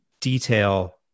detail